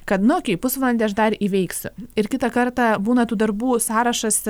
kad nu okei pusvalandį aš dar įveiksiu ir kitą kartą būna tų darbų sąrašas